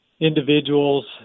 individuals